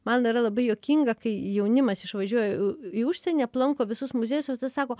man yra labai juokinga kai jaunimas išvažiuoja į užsienį aplanko visus muziejus o tas sako